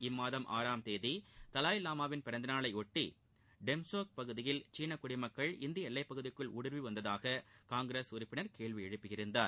இம்மாதம் ஆறாம் தேதி தலாய்லாமாவின் பிறந்தநாளை ஒட்டி டெம்சோக் பகுதியில் சீன குடிமக்கள் இந்திய எல்லைப்பகுதிக்குள் ஊடுருவி வந்ததாக காங்கிரஸ் உறுப்பினர் கேள்வி எழுப்பியிருந்தார்